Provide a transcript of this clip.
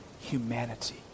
humanity